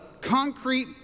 concrete